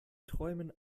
träumen